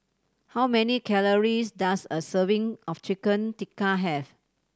how many calories does a serving of Chicken Tikka have